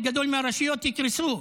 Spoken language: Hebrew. חלק גדול מהרשויות יקרסו.